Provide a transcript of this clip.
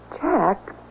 Jack